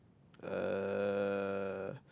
uh